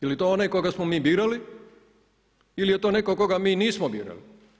Je li to onaj koga smo mi birali ili je to netko koga mi nismo birali?